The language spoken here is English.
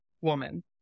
woman